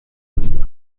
ist